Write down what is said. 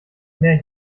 meer